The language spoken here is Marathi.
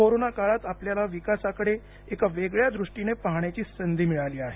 कोरोना काळात आपल्याला विकासाकडे एका वेगळ्या दृष्टीनं पाहण्याची संधी मिळाली आहे